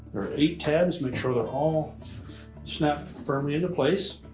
are eight tabs. make sure they're all snapped firmly into place.